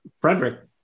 Frederick